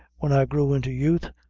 when i grew into youth,